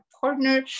partner